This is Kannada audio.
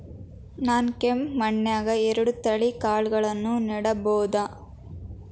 ನಾನ್ ಕೆಂಪ್ ಮಣ್ಣನ್ಯಾಗ್ ಎರಡ್ ತಳಿ ಕಾಳ್ಗಳನ್ನು ನೆಡಬೋದ?